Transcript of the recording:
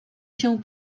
się